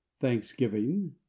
thanksgiving